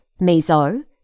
miso